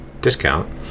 discount